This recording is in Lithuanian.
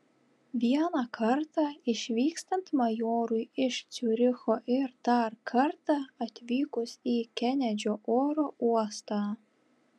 vieną kartą išvykstant majorui iš ciuricho ir dar kartą atvykus į kenedžio oro uostą